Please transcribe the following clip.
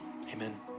Amen